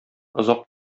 озак